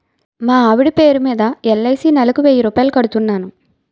మా ఆవిడ పేరు మీద ఎల్.ఐ.సి నెలకు వెయ్యి రూపాయలు కడుతున్నాను